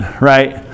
right